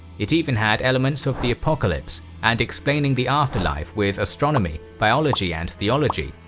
it even had elements of the apocalypse and explaining the afterlife with astronomy, biology and theology,